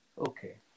Okay